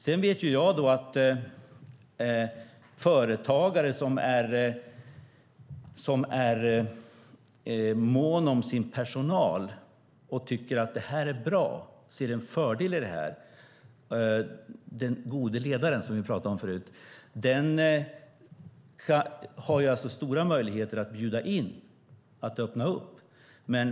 Sedan vet jag att företagare som är måna om sin personal, tycker att detta är bra och ser en fördel i detta - vi pratade förut om den gode ledaren - har stora möjligheter att bjuda in och öppna upp.